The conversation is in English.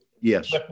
Yes